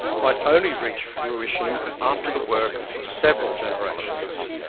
might only reach fruition after the work of several generations.